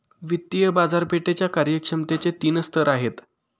वित्तीय बाजारपेठेच्या कार्यक्षमतेचे तीन स्तर आहेत